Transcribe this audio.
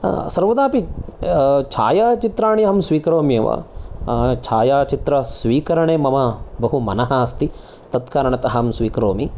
सर्वदा अपि छायाचित्राणि अहं स्वीकरोमि एव छायाचित्र स्वीकरणे मम बहु मनः अस्ति तत् कारणतः अहं स्वीकरोमि